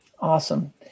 Awesome